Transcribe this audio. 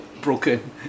broken